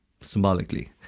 symbolically